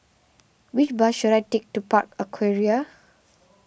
which bus should I take to Park Aquaria